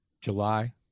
July